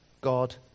God